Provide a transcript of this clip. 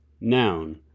Noun